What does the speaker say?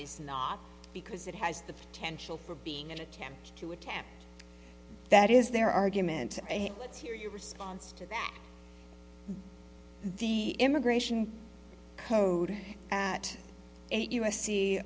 is not because it has the potential for being an attempt to attack that is their argument let's hear your response to that the immigration code at eight u